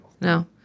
No